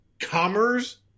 commerce